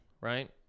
right